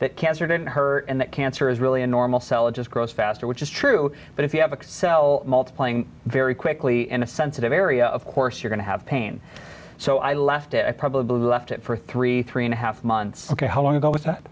that cancer didn't hurt and that cancer is really a normal cell it just grows faster which is true but if you have excel multiplying very quickly in a sensitive area of course you're going to have pain so i left it i probably left it for three three and a half months ok how long ago was that